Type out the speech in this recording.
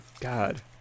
god